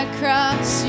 cross